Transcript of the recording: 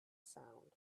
sound